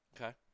Okay